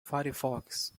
firefox